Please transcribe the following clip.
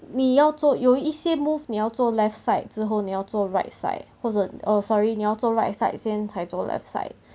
你要做有一些 move 你要做 left side 之后你要做 right side 或者 oh sorry 你要做 right side 先才做 left side